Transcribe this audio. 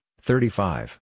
thirty-five